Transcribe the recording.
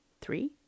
three